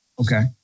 Okay